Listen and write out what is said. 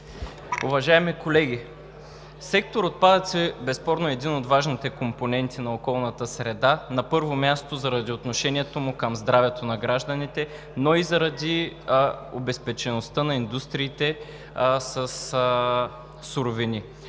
уважаеми колеги! Сектор „Отпадъци“ безспорно е един от важните компоненти на околната среда, на първо място заради отношението му към здравето на гражданите, но и заради обезпечеността на индустриите със суровини.